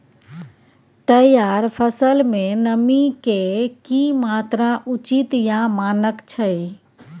तैयार फसल में नमी के की मात्रा उचित या मानक छै?